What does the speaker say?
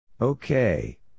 Okay